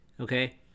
okay